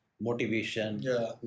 motivation